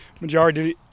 majority